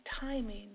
timing